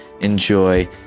enjoy